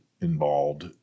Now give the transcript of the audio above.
involved